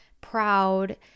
proud